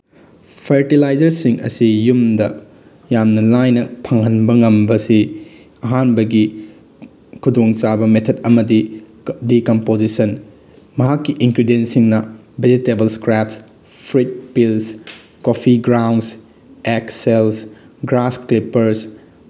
ꯐꯔꯇꯤꯂꯥꯏꯖꯔꯁꯤꯡ ꯑꯁꯤ ꯌꯨꯝꯗ ꯌꯥꯝꯅ ꯂꯥꯏꯅ ꯐꯪꯍꯟꯕ ꯉꯝꯕꯁꯤ ꯑꯍꯥꯟꯕꯒꯤ ꯈꯨꯗꯣꯡꯆꯥꯗꯕ ꯃꯦꯊꯠ ꯑꯃꯗꯤ ꯗꯤꯀꯝꯄꯣꯖꯤꯁꯟ ꯃꯍꯥꯛꯀꯤ ꯏꯟꯒꯤꯗ꯭ꯔꯦꯟꯁꯤꯡꯅ vegetable scrap fruit peels coffee ground eggs shells grass clippers